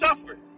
suffered